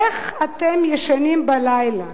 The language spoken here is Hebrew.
איך אתם ישנים בלילה